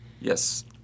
Yes